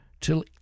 till